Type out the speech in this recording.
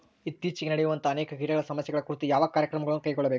ಇತ್ತೇಚಿಗೆ ನಡೆಯುವಂತಹ ಅನೇಕ ಕೇಟಗಳ ಸಮಸ್ಯೆಗಳ ಕುರಿತು ಯಾವ ಕ್ರಮಗಳನ್ನು ಕೈಗೊಳ್ಳಬೇಕು?